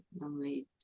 normally